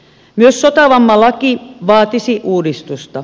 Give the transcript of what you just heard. myös sotavammalaki vaatisi uudistusta